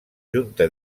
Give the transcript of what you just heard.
junta